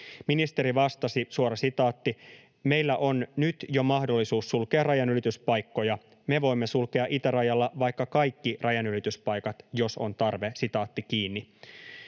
Ministeri vastasi: ”Meillä on nyt jo mahdollisuus sulkea rajanylityspaikkoja. Me voimme sulkea itärajalta vaikka kaikki rajanylityspaikat, jos on tarve”. Todella vielä